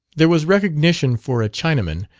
there was recognition for a chinaman,